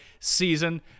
Season